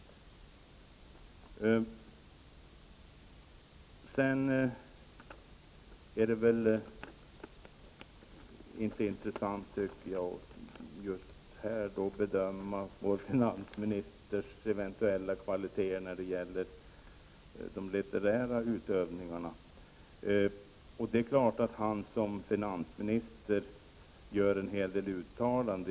Just här är det väl inte intressant att göra en bedömning av vår finansministers eventuella kvaliteter när det gäller det litterära utövandet. Det är klart att Kjell-Olof Feldt i egenskap av finansminister gör en hel del uttalanden.